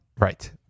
Right